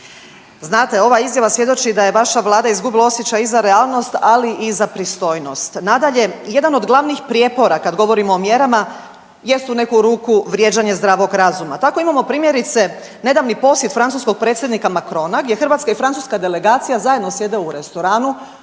Znate ova izjava svjedoči da je vaša vlada izgubila osjećaj i za realnost, ali i za pristojnost. Nadalje, jedan od glavnih prijepora kad govorimo o mjerama jest u neku ruku vrijeđanje zdravog razuma. Tako imamo primjerice nedavni posjet francuskog predsjednika Macrona gdje Hrvatska i Francuska delegacija zajedno sjede u restoranu